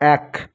এক